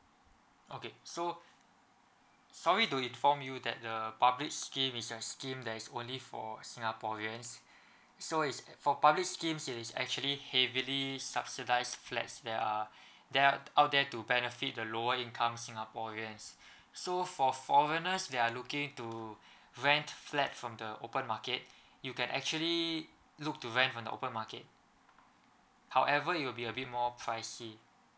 okay so sorry to inform you that the public schemes is a scheme that is only for singaporeans so it's for public schemes is actually heavily subsidize flats there are there are out there to benefit the lower income singaporeans so for foreigners they are looking to rent flat from the open market you can actually look to rent from the open market however it will be a bit more pricey